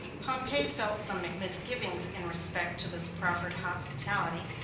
pompey felt some misgivings in respect to this proffered hospitality,